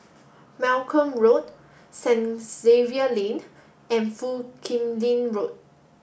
Malcolm Road Saint Xavier's Lane and Foo Kim Lin Road